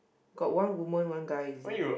got one woman one guy is it